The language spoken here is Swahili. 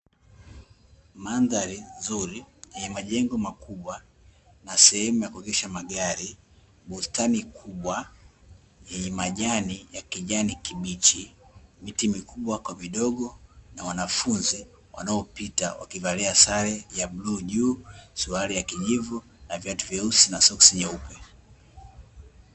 Mandhari nzuri yenye majengo makubwa na sehemu ya kuegesha magari, bustani kubwa yenye majani ya kijani kibichi, miti mikubwa kwa midogo na wanafunzi wanapita wakivalia sare ya bluu juu, suruali ya kijivu na viatu vyeusi na soksi nyeupe.